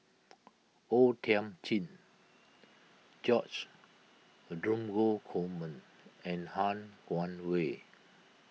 O Thiam Chin George a Dromgold Coleman and Han Guangwei